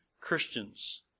Christians